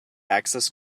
access